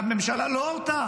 והממשלה לא הורתה